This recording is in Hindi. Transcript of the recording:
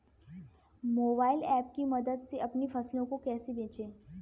मोबाइल ऐप की मदद से अपनी फसलों को कैसे बेचें?